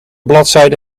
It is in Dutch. bladzijde